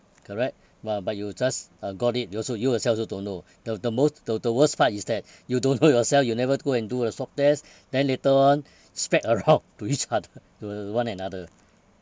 correct but but you just uh got it you also you yourself also don't know the the most the the worst part is that you don't know yourself you never go and do the swab test then later on spread around to each other to one another